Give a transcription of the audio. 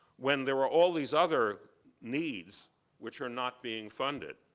when there were all these other needs which are not being funded.